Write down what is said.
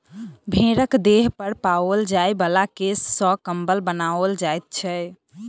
भेंड़क देह पर पाओल जाय बला केश सॅ कम्बल बनाओल जाइत छै